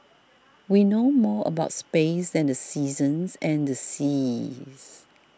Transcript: we know more about space than the seasons and the seas